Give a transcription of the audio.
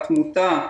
התמותה,